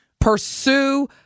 Pursue